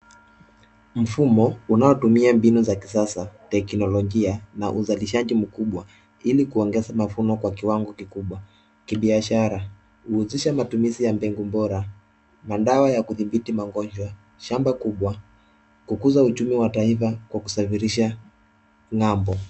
Mfumo unaotumia mbinu za kisasa, teknolojia na uzalishaji mkubwa ili kuongeza mavuno kwa kiwango kikubwa kibiashara. Huhusisha matumizi ya mbegu bora, madawa ya kudhibiti magonjwa, shamba kubwa, kukuza uchumi wa taifa kwa kusafirisha ng'ambo.